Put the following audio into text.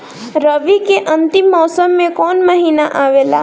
रवी के अंतिम मौसम में कौन महीना आवेला?